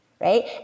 right